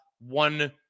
one